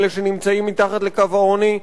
אלה שנמצאים מתחת לקו העוני,